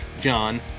John